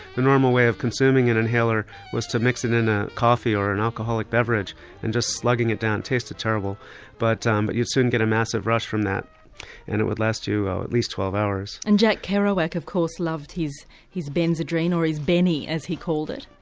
the normal way of consuming an inhaler was to mix it in a coffee or an alcoholic beverage and just slugging it down it tasted terrible but um but you soon get a massive rush from that and it would last you at least twelve hours. and jack kerouac of course loved his his benzedrine, or his bennie, as he called it.